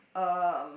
um